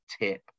tip